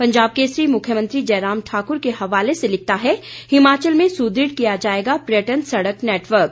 पंजाब केसरी मुख्यमंत्री जयराम ठाकुर के हवाले से लिखता है हिमाचल में सुदृढ़ किया जाएगा पर्यटन सड़क नैटवर्क